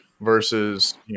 versus